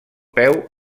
peu